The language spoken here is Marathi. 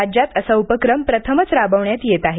राज्यात असा उपक्रम प्रथमच राबविण्यात येत आहे